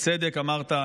בצדק אמרת,